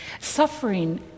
suffering